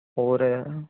और